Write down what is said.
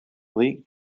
league